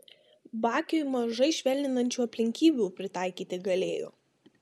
bakiui mažai švelninančių aplinkybių pritaikyti galėjo